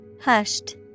Hushed